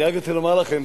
אני רק רוצה לומר לכם,